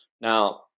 Now